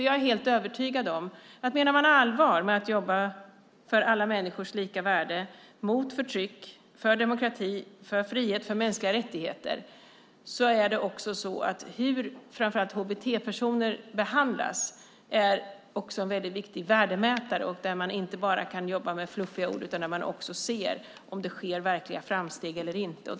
Jag är helt övertygad att om man menar allvar med att jobba för alla människors lika värde mot förtryck, för demokrati, för frihet och för mänskliga rättigheter är frågan hur hbt-personer behandlas en viktig värdemätare. Man kan inte bara jobba med fluffiga ord utan man får också se om det sker verkliga framsteg eller inte.